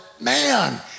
man